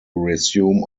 resume